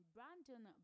Brandon